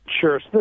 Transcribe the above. Sure